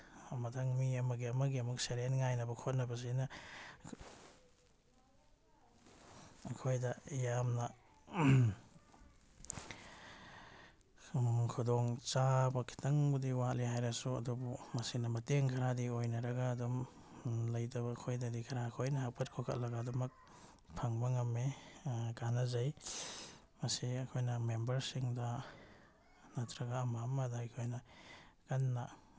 ꯃꯊꯪ ꯃꯤ ꯑꯃꯒꯤ ꯑꯃꯒꯤ ꯑꯃꯨꯛ ꯁꯦꯔꯦꯜ ꯉꯥꯏꯅꯕ ꯈꯣꯠꯅꯕꯁꯤꯅ ꯑꯩꯈꯣꯏꯗ ꯌꯥꯝꯅ ꯈꯨꯗꯣꯡ ꯆꯥꯕ ꯈꯤꯇꯪꯕꯨꯗꯤ ꯋꯥꯠꯂꯤ ꯍꯥꯏꯔꯁꯨ ꯑꯗꯨꯕꯨ ꯃꯁꯤꯅ ꯃꯇꯦꯡ ꯈꯔꯗꯤ ꯑꯣꯏꯅꯔꯒ ꯑꯗꯨꯝ ꯂꯩꯇꯕ ꯑꯩꯈꯣꯏꯗꯗꯤ ꯈꯔ ꯑꯩꯈꯣꯏꯅ ꯍꯥꯞꯀꯠ ꯈꯣꯠꯀꯠꯂꯒ ꯑꯗꯨꯃꯛ ꯐꯪꯕ ꯉꯝꯃꯤ ꯀꯥꯅꯖꯩ ꯃꯁꯤ ꯑꯩꯈꯣꯏꯅ ꯃꯦꯝꯕꯔꯁꯤꯡꯗ ꯅꯠꯇ꯭ꯔꯒ ꯑꯃ ꯑꯃꯗ ꯑꯩꯈꯣꯏꯅ ꯀꯟꯅ